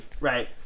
Right